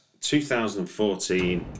2014